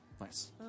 Nice